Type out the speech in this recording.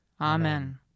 Amen